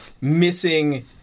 missing